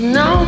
no